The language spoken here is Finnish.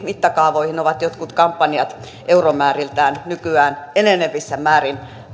mittakaavoihin ovat jotkut kampanjat euromääriltään nykyään enenevässä määrin